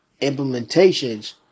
implementations